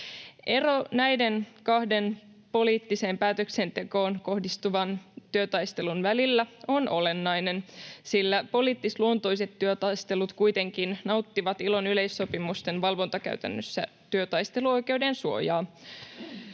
Ero näiden kahden poliittiseen päätöksentekoon kohdistuvan työtaistelun välillä on olennainen, sillä poliittisluontoiset työtaistelut kuitenkin nauttivat ILOn yleissopimusten valvontakäytännössä työtaisteluoikeuden suojaa.